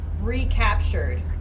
recaptured